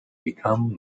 become